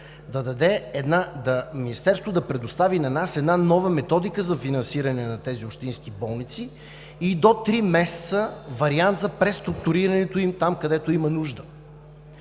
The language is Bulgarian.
срок, Министерството да предостави на нас една нова методика за финансиране на тези общински болници и до три месеца – вариант за преструктурирането им там, където има нужда.